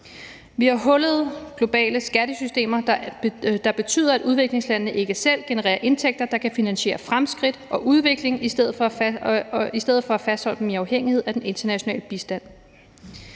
Vi har hullede globale skattesystemer, der betyder, at udviklingslandene ikke selv genererer indtægter, der kan finansiere fremskridt og udvikling i stedet for at fastholde dem i afhængighed af den internationale bistand.